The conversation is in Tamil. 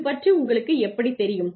இது பற்றி உங்களுக்கு எப்படித் தெரியும்